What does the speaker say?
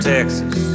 Texas